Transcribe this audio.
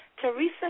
Teresa